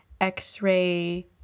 x-ray